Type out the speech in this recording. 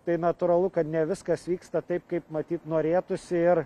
tai natūralu kad ne viskas vyksta taip kaip matyt norėtųsi ir